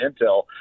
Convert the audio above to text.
intel